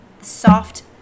soft